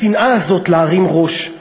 לשנאה הזאת להרים ראש.